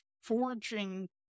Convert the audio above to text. forging